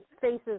faces